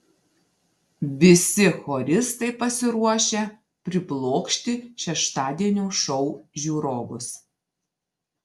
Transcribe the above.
visi choristai pasiruošę priblokšti šeštadienio šou žiūrovus